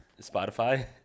Spotify